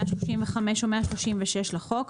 135 או 136 לחוק,